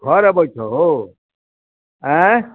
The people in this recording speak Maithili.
घर अबै छहो अँए